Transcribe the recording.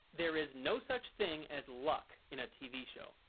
there is no such thing as luck in a tv show.